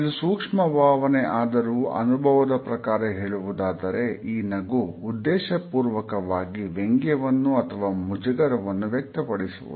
ಇದು ಸೂಕ್ಷ್ಮ ಭಾವನೆ ಆದರೂ ಅನುಭವದ ಪ್ರಕಾರ ಹೇಳುವುದಾದರೆ ಈ ನಗು ಉದ್ದೇಶಪೂರ್ವಕವಾಗಿ ವ್ಯಂಗ್ಯವನ್ನು ಅಥವಾ ಮುಜುಗರವನ್ನು ವ್ಯಕ್ತಪಡಿಸುವುದು